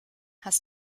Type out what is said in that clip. hast